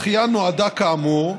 הדחייה נועדה, כאמור,